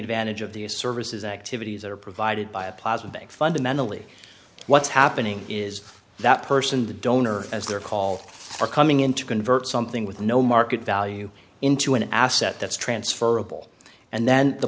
advantage of these services activities that are provided by a positive fundamentally what's happening is that person the donor as their call for coming in to convert something with no market value into an asset that's transferable and then the